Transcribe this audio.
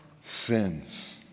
sins